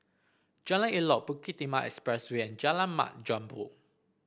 Jalan Elok Bukit Timah Expressway and Jalan Mat Jambol